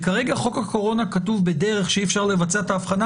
כרגע חוק הקורונה כתוב בדרך שאי אפשר לבצע את ההבחנה